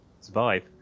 survive